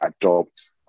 adopt